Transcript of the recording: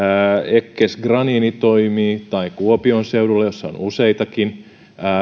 eckes granini toimii tai kuopion seudulla jossa on useitakin